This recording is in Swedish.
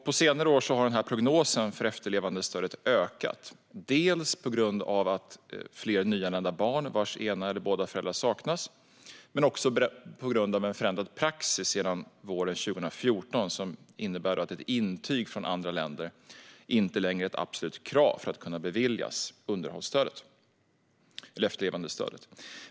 På senare år har prognosen för efterlevandestödet visat på en ökning, på grund av att fler nyanlända barn vars ena förälder eller båda föräldrar saknas men också på grund av en förändrad praxis sedan våren 2014, som innebär att ett intyg från andra länder inte längre är ett absolut krav för att kunna beviljas efterlevandestöd.